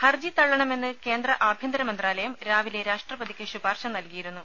ഹർജി തള്ളണമെന്ന് കേന്ദ്ര ആഭ്യന്തര മന്ത്രാലയം രാവിലെ രാഷ്ട്രപതിക്ക് ശുപാർശ നൽകിയിരുന്നു